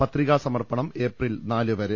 പത്രികാസമർപ്പണം April നാലുവരെ